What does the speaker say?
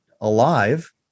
alive